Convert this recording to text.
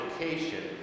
education